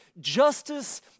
justice